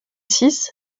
six